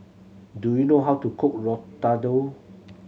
do you know how to cook Ratatouille